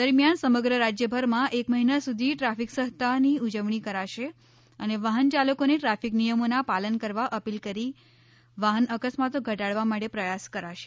દરમિયાન સમગ્ર રાજયભરમાં એક મહિના સુધી ટ્રાફિક સપ્તાહની ઉજવણી કરાશે અને વાહન ચાલકોને ટ્રાફિક નિયમોના પાલન કરવા અપીલ કરી કરી વાહન અકસ્માતો ઘટાડવા માટે પ્રયાસ કરાશે